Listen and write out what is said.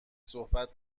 صحبت